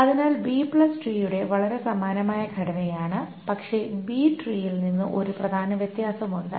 അതിനാൽ B tree B tree വളരെ സമാനമായ ഘടനയാണ് പക്ഷേ ബി ട്രീയിൽ നിന്ന് ഒരു പ്രധാന വ്യത്യാസമുണ്ട്